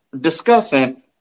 discussing